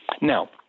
Now